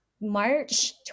March